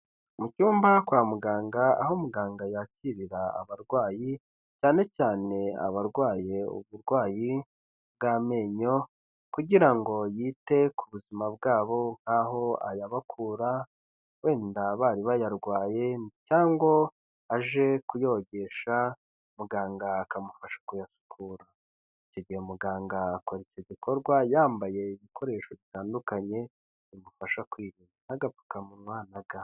Mu cyumba kwa muganga aho muganga yakirira abarwayi cyane cyane abarwaye uburwayi bw'amenyo kugira ngo yite ku buzima bwabo nk'aho ayabakura wenda bari bayarwaye cyangwo aje kuyogesha muganga akamufasha kuyasukura, icyo gihe muganga akora icyo gikorwa yambaye ibikoresho bitandukanye bimufasha kwirinda nk'agapfukamunwa na ga.